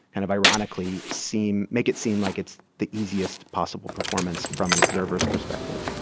and of ironically, seem make it seem like it's the easiest possible performance, from an observer's perspective.